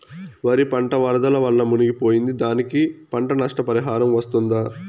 వరి పంట వరదల వల్ల మునిగి పోయింది, దానికి పంట నష్ట పరిహారం వస్తుందా?